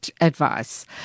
advice